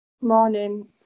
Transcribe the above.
Morning